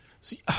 See